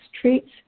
treats